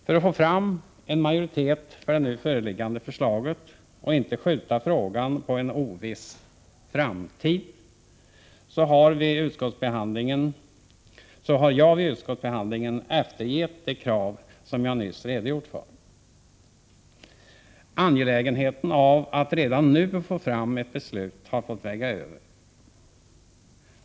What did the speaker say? För att vi skulle få fram en majoritet för det nu föreliggande förslaget och inte behöva skjuta frågan på en oviss framtid, har jag vid utskottsbehandlingen gett efter för de krav jag nyss redogjort för. Det angelägna i att redan nu få fram ett beslut har fått väga över.